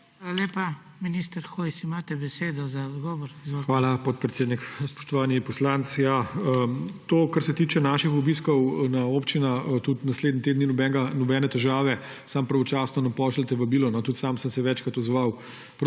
lepa. Minister Hojs, imate besedo za odgovor. Izvolite. ALEŠ HOJS: Hvala, podpredsednik. Spoštovani poslanec! To, kar se tiče naših obiskov na občinah, tudi naslednji teden, ni nobene težave, samo pravočasno nam pošljite vabilo. Tudi sam sem se večkrat odzval.